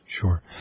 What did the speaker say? Sure